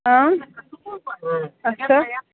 آ اَچھا